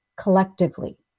collectively